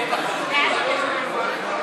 התשע"ז 2017, לוועדה שתקבע ועדת הכנסת נתקבלה.